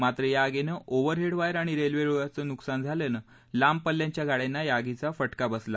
मात्र या आगीनं ओव्हरहेड वायर आणि रेल्वे रुळाचं नुकसान झाल्यानं लांब पल्ल्याच्या गाड्यांना या आगीचा फटका बसला